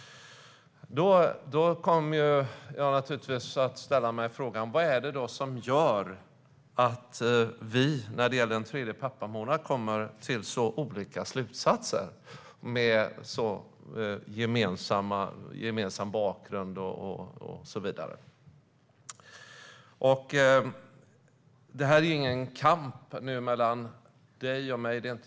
Det får mig naturligtvis att ställa frågan: Vad är det som gör att vi, med vår gemensamma bakgrund, kommer till så olika slutsatser om en tredje pappamånad? Det här är inte någon kamp mellan dig och mig, Lars Tysklind.